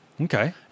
Okay